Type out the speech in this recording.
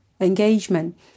engagement